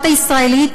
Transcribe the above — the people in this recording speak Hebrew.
הישראלית,